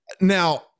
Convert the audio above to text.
now